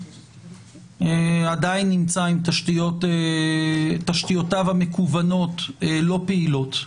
עדיין נמצא עם תשתיותיו המקוונות שלא פעילות,